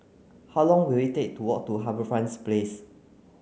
how long will it take to walk to HarbourFront Place